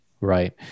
Right